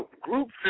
Group